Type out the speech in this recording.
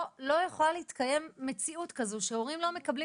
לא יכולה להתקיים מציאות כזו שהורים לא מקבלים